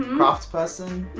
and craftsperson.